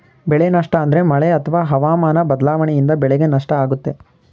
ಬೆಳೆ ನಷ್ಟ ಅಂದ್ರೆ ಮಳೆ ಅತ್ವ ಹವಾಮನ ಬದ್ಲಾವಣೆಯಿಂದ ಬೆಳೆಗೆ ನಷ್ಟ ಆಗುತ್ತೆ